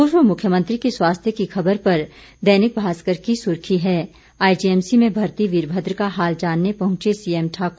पूर्व मुख्यमंत्री के स्वास्थ्य की खबर पर दैनिक भास्कर की सुर्खी है आईजीएमसी में भर्ती वीरभद्र का हाल जानने पहंचे सीएम ठाकर